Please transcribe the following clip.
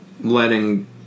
letting